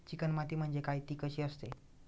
Chicken माती म्हणजे काय? ति कशी असते?